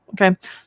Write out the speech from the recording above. okay